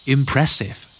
Impressive